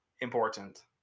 important